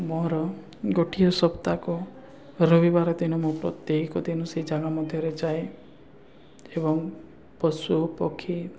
ମୋର ଗୋଟିଏ ସପ୍ତାହକ ରବିବାର ଦିନ ମୁଁ ପ୍ରତ୍ୟେକ ଦିନ ସେଇ ଜାଗା ମଧ୍ୟରେ ଯାଏ ଏବଂ ପଶୁ ପକ୍ଷୀ